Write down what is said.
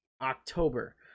october